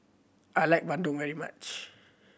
I like bandung very much